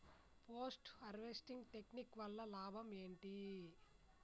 Post harvesting technique వల్ల లాభం ఏంటి?